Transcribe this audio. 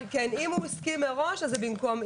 אם הוא מסכים מראש, זה במקום.